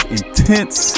intense